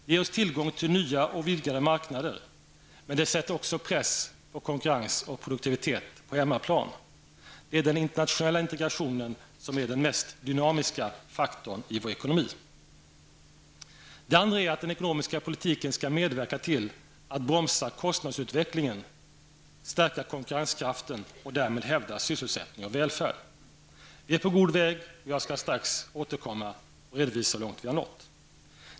Det ger oss tillgång till nya och vidgade marknader, men det sätter också press på konkurrens och produktivitet på hemmaplan. Det är den internationella integrationen som är den mest dynamiska faktorn i vår ekonomi. Det andra är att den ekonomiska politiken skall medverka till att bromsa kostnadsutvecklingen och stärka konkurrenskraften för att hävda sysselsättningen och välfärden. Vi är på god väg, och jag skall strax redovisa hur långt vi har nått.